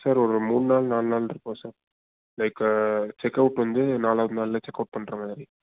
sir ஒரு மூணு நாள் நால் நாள் இருக்கோம் சார் லைக் செக்வுட் வந்து நாலாவது நாளில் செக்வுட் பண்ணுற மாதிரி